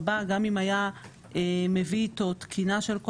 להתאבדות או להליך פלילי המתנהל בבית המשפט,